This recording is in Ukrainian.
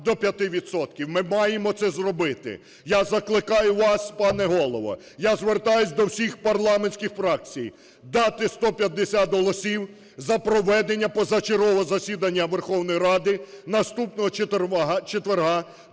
Ми маємо це зробити. Я закликаю вас, пане Голово, я звертаюся до всіх парламентських фракцій дати 150 голосів за проведення позачергового засідання Верховної Ради наступного четверга